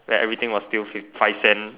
then everything was still fif~ five cent